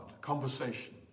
Conversation